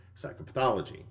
psychopathology